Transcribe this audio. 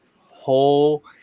Whole